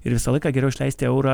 ir visą laiką geriau išleisti eurą